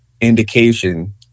indication